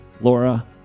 Laura